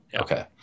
Okay